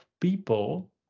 people